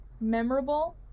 memorable